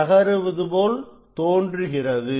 தகருவது போல் தோன்றுகிறது